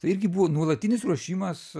tai irgi buvo nuolatinis ruošimas